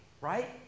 right